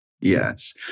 yes